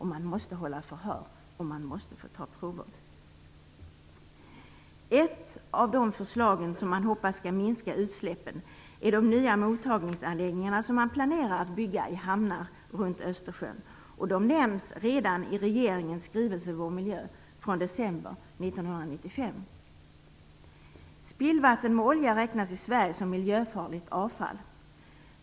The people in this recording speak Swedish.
Man måste också få hålla förhör och ta prover. Ett av de förslag som man hoppas skall minska utsläppen är de nya mottagningsanläggningarna som man planerar att bygga i hamnar runt Östersjön. De nämns redan i regeringens skrivelse Vår miljö från december 1995. Spillvatten med olja räknas i Sverige som miljöfarligt avfall.